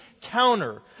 counter